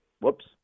whoops